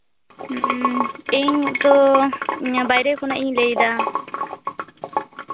ᱤᱧ ᱛᱚ ᱵᱟᱭᱨᱮ ᱠᱷᱚᱱᱟᱜ ᱤᱧ ᱞᱟᱹᱭᱫᱟ